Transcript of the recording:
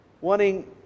wanting